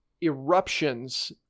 eruptions